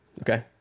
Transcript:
Okay